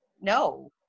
no